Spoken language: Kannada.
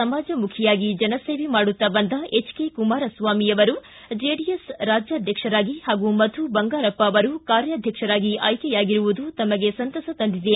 ಸಮಾಜಮುಖಿಯಾಗಿ ಜನಸೇವೆ ಮಾಡುತ್ತ ಬಂದ ಹೆಚ್ ಕೆ ಕುಮಾರಸ್ವಾಮಿ ಅವರು ಜೆಡಿಎಸ್ ಅಧ್ಯಕ್ಷರಾಗಿ ಹಾಗೂ ಮಧು ಬಂಗಾರಪ್ಪ ಅವರು ಕಾರ್ಯಾಧ್ಯಕ್ಷರಾಗಿ ಆಯ್ಲೆಯಾಗಿರುವುದು ತಮಗೆ ಸಂತಸ ತಂದಿದೆ